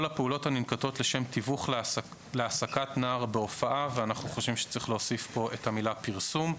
"הופעת פרסום" הופעה או צילומים לצורכי פרסום,